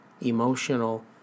emotional